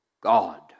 God